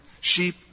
Sheep